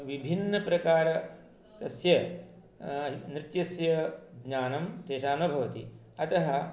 विभिन्नप्रकारः तस्य नृत्यस्य ज्ञानं तेषां न भवति अतः